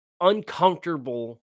uncomfortable